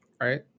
right